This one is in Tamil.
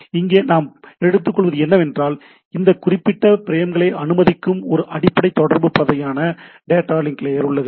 இங்கே நாம் எடுத்துக்கொள்வது என்னவென்றால் இந்த குறிப்பிட்ட ஃபிரேம்களை அனுமதிக்கும் ஒரு அடிப்படை தொடர்பு பாதையான டேட்டா லிங்க் லேயர் உள்ளது